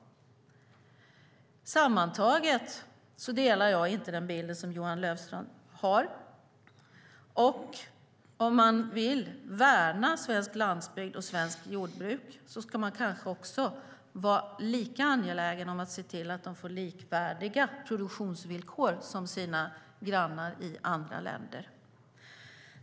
Sammantaget delar jag inte den bild som Johan Löfstrand har. Om man vill värna svensk landsbygd och svenskt jordbruk ska man vara angelägen om att se till att svenska jordbrukare får likvärdiga produktionsvillkor som jordbrukare i grannländerna.